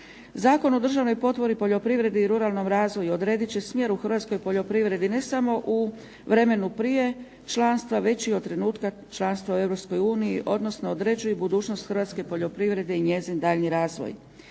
Zakon o državnoj potpori poljoprivredi i ruralnom razvoju odrediti će smjer u Hrvatskoj poljoprivredi ne samo u vremenu prije članstva već i od trenutka članstva u Europskoj uniji odnosno određuje budućnost Hrvatske poljoprivrede i njezin daljnji razvoj.